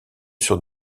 sur